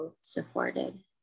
supported